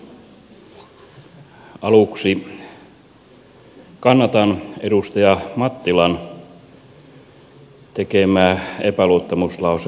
aluksi kannatan edustaja mattilan tekemää epäluottamuslause ehdotusta